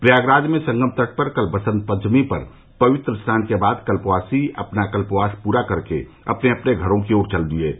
प्रयागराज में संगम तट पर कल बसंत पंचमी पर पवित्र स्नान के बाद कल्पवासी अपना कल्पवास पूरा कर अपने अपने घरो की ओर चल दिए हैं